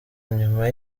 nyuma